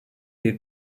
bir